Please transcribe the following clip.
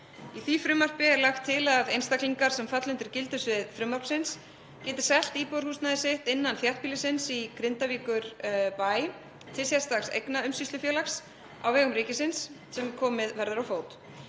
Í því frumvarpi er lagt til að einstaklingar sem falla undir gildissvið frumvarpsins geti selt íbúðarhúsnæði sitt innan þéttbýlisins í Grindavíkurbæ til sérstaks eignaumsýslufélags á vegum ríkisins sem komið verður á fót.